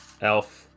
Elf